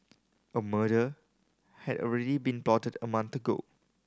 a murder had already been plotted a month ago